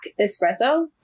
espresso